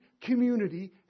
community